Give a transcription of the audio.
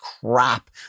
crap